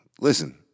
listen